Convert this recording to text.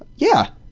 yeah.